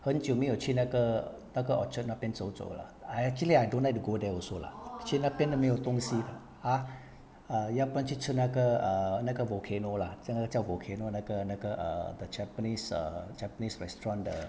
很久没有去那个那个 orchard 那边走走 lah !aiya! actually I don't like to go there also lah 去那边都没有东西 ah err 要不然去吃那个 err 那个 volcano lah 那个叫 volcano 那个那个 err the japanese err japanese restaurant the